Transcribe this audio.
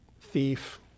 thief